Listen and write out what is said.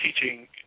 teaching